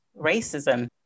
racism